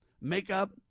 makeup